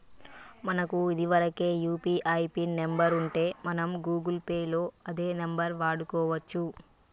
మనకు ఇదివరకే UPI pin number ఉంటే మనం గూగుల్ పే లో అదే నెంబర్ వాడుకోవచ్చు